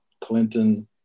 Clinton